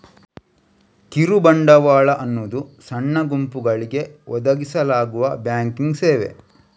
ಕಿರು ಬಂಡವಾಳ ಅನ್ನುದು ಸಣ್ಣ ಗುಂಪುಗಳಿಗೆ ಒದಗಿಸಲಾಗುವ ಬ್ಯಾಂಕಿಂಗ್ ಸೇವೆ